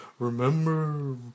Remember